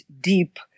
deep